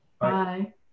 Bye